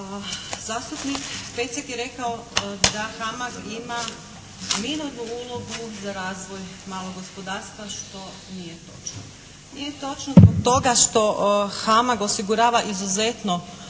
od mikrofona, ne razumije se./… ulogu za razvoj malog gospodarstva što nije točno. Nije točno zbog toga što "Hamag" osigurava izuzetno